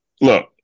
Look